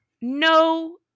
No